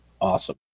awesome